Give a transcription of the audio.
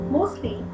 Mostly